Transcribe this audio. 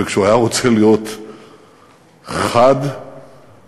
וכשהוא היה רוצה להיות חד ואכזר,